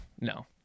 no